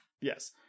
Yes